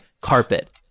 Carpet